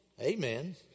Amen